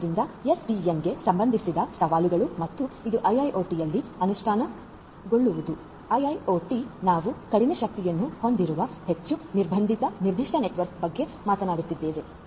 ಆದ್ದರಿಂದ SDNಗೆ ಸಂಬಂಧಿಸಿದ ಸವಾಲುಗಳು ಮತ್ತು ಇದು ಐಐಒಟಿIIoTಯಲ್ಲಿ ಅನುಷ್ಠಾನಗೊಳ್ಳುವುದು ಐಐಒಟಿIIoT ನಾವು ಕಡಿಮೆ ಶಕ್ತಿಯನ್ನು ಹೊಂದಿರುವ ಹೆಚ್ಚು ನಿರ್ಬಂಧಿತ ನಷ್ಟದ ನೆಟ್ವರ್ಕ್ ಬಗ್ಗೆ ಮಾತನಾಡುತ್ತಿದ್ದೇವೆ